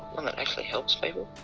one that actually helps people